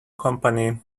company